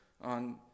on